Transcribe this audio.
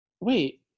wait